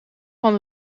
van